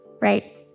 right